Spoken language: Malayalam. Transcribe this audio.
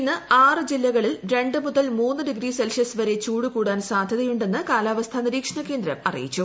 ഇന്ന് ആറ് ജില്ലകളിൽ രണ്ട് മുതൽ മൂന്ന് ഡിഗ്രി സെൽഷ്യസ് വരെ ചൂട് കൂടാൻ സാധ്യതയുണ്ടെന്ന് കാലാവസ്ഥാ നിരീക്ഷണ കേന്ദ്രം അറിയിച്ചു